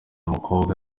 umukobwa